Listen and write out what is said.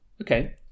Okay